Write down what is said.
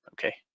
okay